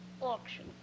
auction